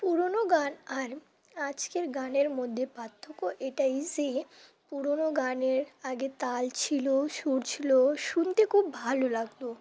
পুরনো গান আর আজকের গানের মধ্যে পার্থক্য এটাই যে পুরনো গানের আগে তাল ছিল সুর ছিল শুনতে খুব ভালো লাগত